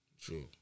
True